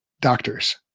doctors